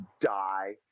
die